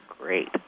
Great